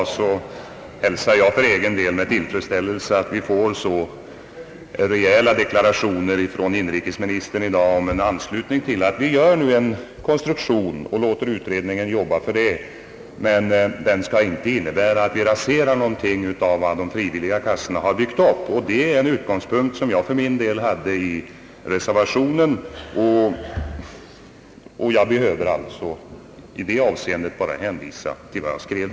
Och jag hälsar för egen del med tillfredsställelse, att inrikesministern i dag gör så klara deklarationer om en anslutning till tanken att göra en sådan konstruktion av försäkringen, som vi här talat om, och låta utredningen arbeta med detta, utan att det innebär att man raserar någonting av vad de frivilliga kassorna har byggt upp. Det är den utgångspunkt som jag för min del hade i den reservation, som jag avgett, och jag behöver alltså i det avseendet bara hänvisa till vad som där skrevs.